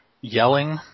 yelling